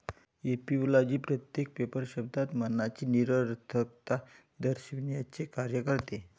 ऍपिओलॉजी प्रत्येक पेपर शब्दात मनाची निरर्थकता दर्शविण्याचे कार्य करते